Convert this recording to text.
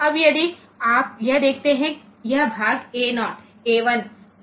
अब यदि आप यह देखते हैं यह भाग ए ० ए १